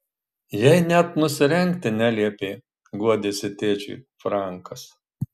jai net nusirengti neliepė guodėsi tėčiui frankas